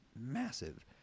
massive